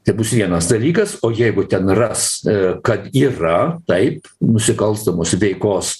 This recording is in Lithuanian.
tai bus vienas dalykas o jeigu ten ras kad yra taip nusikalstamos veikos